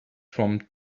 from